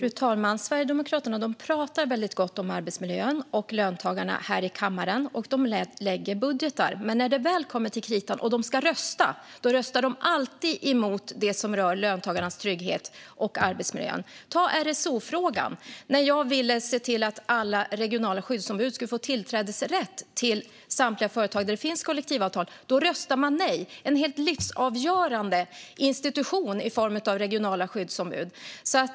Fru talman! Sverigedemokraterna talar väldigt gott här i kammaren om arbetsmiljön och löntagarna, och de lägger fram budgetar. Men när det väl kommer till kritan och de ska rösta röstar de alltid emot det som rör löntagarnas trygghet och arbetsmiljön. Se bara på RSO-frågan! När jag ville se till att alla regionala skyddsombud skulle få tillträdesrätt till samtliga företag där det finns kollektivavtal röstade Sverigedemokraterna nej till en helt livsavgörande institution som de regionala skyddsombuden utgör.